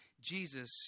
Jesus